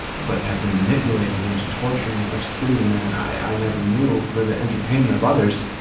but had been manipulated into torturing and executing a man i never knew for the entertainment of others.